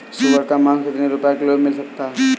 सुअर का मांस कितनी रुपय किलोग्राम मिल सकता है?